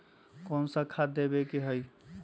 कोन सा खाद देवे के हई?